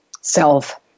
self